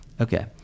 Okay